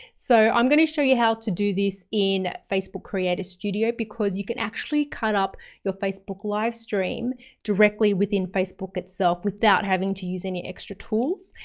so i'm going to show you how to do this in facebook creator studio because you can actually cut up your facebook livestream directly within facebook itself without having to use any extra tools.